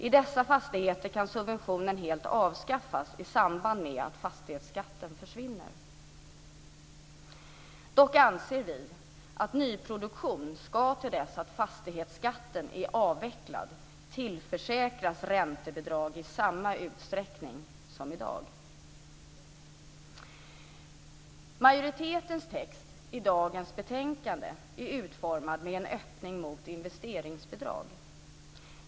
I sådana fastigheter kan subventionen helt avskaffas i samband med att fastighetsskatten försvinner. Dock anser vi att nyproduktion ska, till dess att fastighetsskatten är avvecklad, tillförsäkras räntebidrag i samma utsträckning som i dag. Majoritetens text i dagens betänkande är utformad med en öppning mot investeringsbidrag.